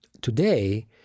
today